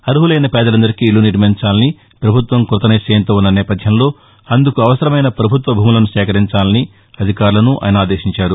అర్వులైన పేదలందరికీ ఇళ్లు నిర్వించాలని పభుత్వం క్బతనిశ్చయంతో ఉన్న నేపథ్యంలో అందుకు అవసరమైన పభుత్వ భూములను సేకరించాలని అధికారులను ఆయన ఆదేశించారు